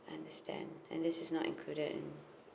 understand and this is not included